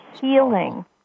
healing